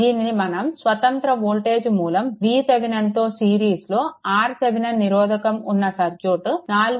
దీనిని మనం స్వతంత్ర వోల్టేజ్ మూలం VTheveninతో సిరీస్లో RThevenin నిరోధకం ఉన్న సర్క్యూట్ 4